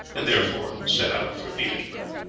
and therefore set out for petersburgh.